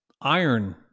iron